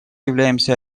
являемся